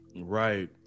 Right